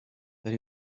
that